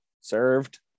served